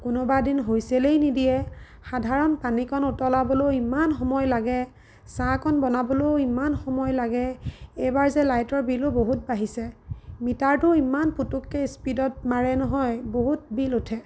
কোনোবা এদিন হুইচেলেই নিদিয়ে সাধাৰণ পানীকণ উতলাবলৈও ইমান সময় লাগে চাহকণ বনাবলৈও ইমান সময় লাগে এইবাৰ যে লাইটৰ বিলো বহুত বাঢ়িছে মিটাৰটোও ইমান পুতুককৈ স্পীডত মাৰে নহয় বহুত বিল উঠে